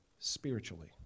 spiritually